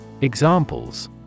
Examples